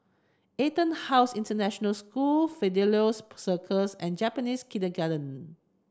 EtonHouse International School Fidelio Circus and Japanese Kindergarten